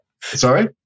sorry